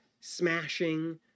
smashing